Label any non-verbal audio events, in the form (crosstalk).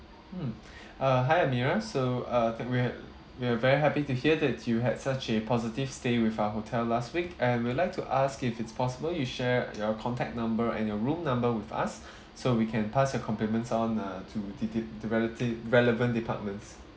hmm (breath) uh hi amira so can we ha~ are we are very happy to hear that you had such a positive stay with our hotel last week and we'd like to ask if it's possible you share your contact number and your room number with us (breath) so we can pass your compliments on uh to the the the relati~ relevant departments